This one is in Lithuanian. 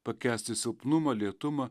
pakęsti silpnumą lėtumą